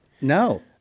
no